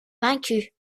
vaincus